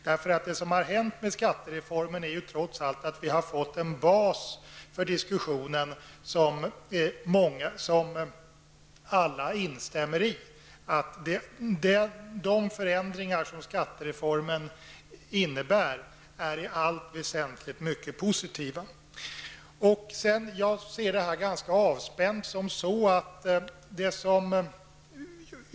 Vi har trots allt med hjälp av skattereformen fått en bas för diskussionen som alla instämmer i. De förändringar som skattereformen utgör är i allt väsentligt mycket positiva. Jag ser på detta ganska avspänt.